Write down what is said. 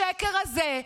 גם את השקר הזה,